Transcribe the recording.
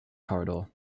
corridor